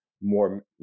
more